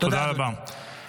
תודה רבה.